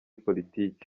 politiki